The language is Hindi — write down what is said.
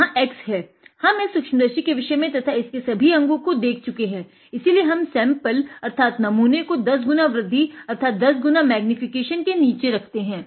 यहाँ X है हम इस सूक्ष्मदर्शी के विषय में तथा इसके सभी अंगो को देख चुके हैं इसीलिए मैंने नमूने को दस गुना वृद्धि अर्थात 10 x मैग्नीफीकेशन के नीचे रखते हैं